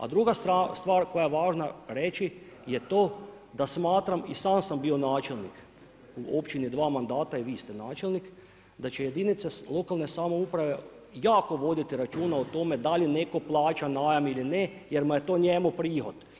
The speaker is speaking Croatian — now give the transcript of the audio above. A druga stvar, koja je važna reći, je to, da smatram, i sam sam bio načelnik, u općini, dva mandata i vi ste načelnik, da će jedinice lokalne samouprave, jako voditi računa o tome, da li netko plaća najam ili ne, jer mu je to njemu prihod.